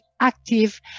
active